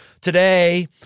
today